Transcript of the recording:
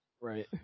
Right